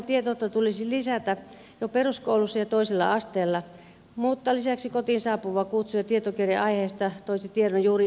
puolustusvoimatietoutta tulisi lisätä jo peruskoulussa ja toisella asteella mutta lisäksi kotiin saapuva kutsu ja tietokirja aiheesta toisivat tiedon juuri oikeaan aikaan